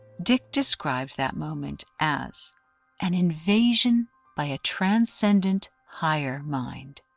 dick described that moment as an invasion by a transcendent higher mind.